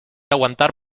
aguantar